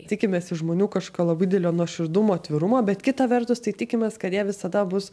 tikimės iš žmonių kažkokio labai didelio nuoširdumo atvirumo bet kita vertus tai tikimės kad jie visada bus